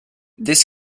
this